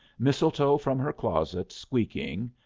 mistletoe from her closet, squeaking.